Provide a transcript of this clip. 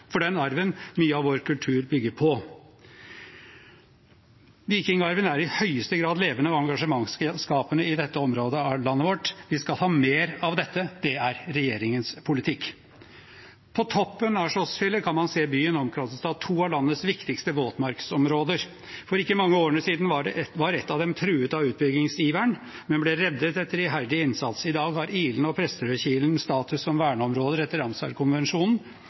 mye av vår kultur bygger på. Vikingarven er i høyeste grad levende og engasjementsskapende i dette området av landet vårt. Vi skal ha mer av dette. Det er regjeringens politikk. På toppen av Slottsfjellet kan man se byen omkranset av to av landets viktigste våtmarksområder. For ikke mange år siden var ett av dem truet av utbyggingsiveren, men ble reddet etter iherdig innsats. I dag har Ilene og Presterødkilen status som verneområder etter Ramsarkonvensjonen.